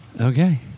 Okay